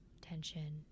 tension